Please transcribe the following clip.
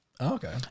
Okay